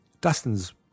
Dustin's